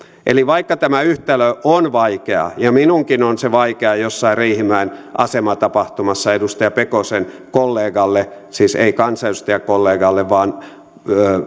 eli vaikka tämä yhtälö on vaikea ja minunkin on se vaikea jossain riihimäen asematapahtumassa edustaja pekosen kollegalle siis ei kansanedustajakollegalle vaan